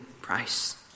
price